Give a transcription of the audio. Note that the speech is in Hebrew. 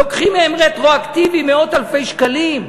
לוקחים מהם רטרואקטיבית מאות אלפי שקלים.